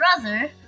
brother